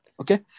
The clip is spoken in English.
Okay